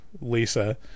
Lisa